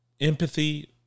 empathy